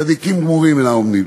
צדיקים גמורים אינם עומדים.